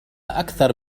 أكثر